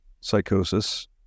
psychosis